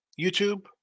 YouTube